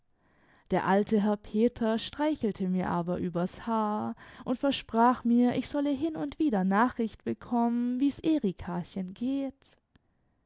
der alte herr peters streichelte mir aber übers haar und versprach mir ich solle hin und wieder nachricht bekommen wie's erikachen geht